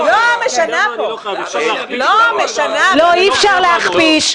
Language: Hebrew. היה אירוע מול בצלאל ומול ארז והשיח היחידי שאני מאפשר כרגע הוא ביניהם,